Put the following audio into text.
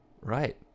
Right